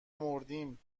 مردیم